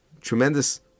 tremendous